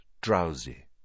drowsy